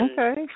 Okay